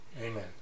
Amen